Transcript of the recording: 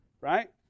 right